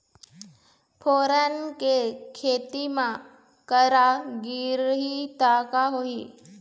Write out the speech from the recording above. फोरन के खेती म करा गिरही त का होही?